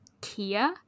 Kia